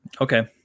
Okay